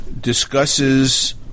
discusses